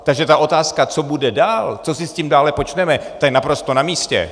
Takže ta otázka, co bude dál, co si s tím dále počneme, to je naprosto namístě.